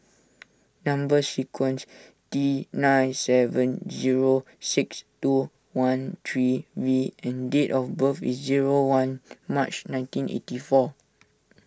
Number Sequence T nine seven zero six two one three V and date of birth is zero one March nineteen eighty four